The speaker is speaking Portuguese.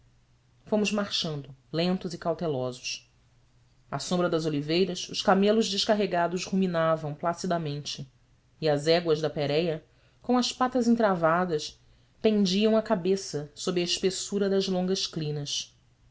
fomos marchando lentos e cautelosos a sombra das oliveiras os camelos descarregados ruminavam placidamente e as éguas da pérea com as patas entravadas pendiam a cabeça sob a espessura das longas crinas